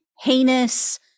heinous